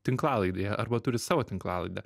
tinklalaidėje arba turi savo tinklalaidę